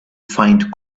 find